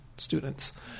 students